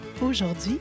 Aujourd'hui